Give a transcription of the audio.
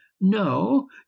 no